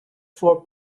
four